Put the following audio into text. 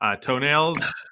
toenails